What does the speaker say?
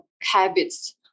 habits